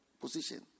position